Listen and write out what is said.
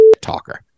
talker